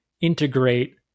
integrate